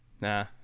nah